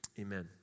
Amen